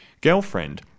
girlfriend